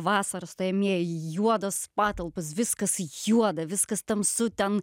vasarą stojamieji juodos patalpos viskas juoda viskas tamsu ten